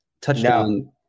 touchdown